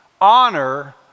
honor